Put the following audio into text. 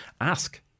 Ask